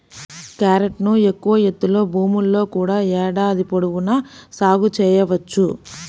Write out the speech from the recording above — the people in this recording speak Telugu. క్యారెట్ను ఎక్కువ ఎత్తులో భూముల్లో కూడా ఏడాది పొడవునా సాగు చేయవచ్చు